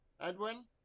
Edwin